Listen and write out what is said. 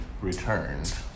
Returned